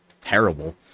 terrible